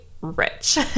rich